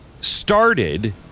started